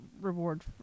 reward